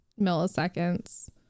milliseconds